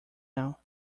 now